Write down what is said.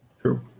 True